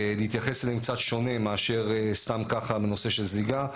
להתייחס אליהם קצת שונה מאשר סתם ככה בנושא של זליגה.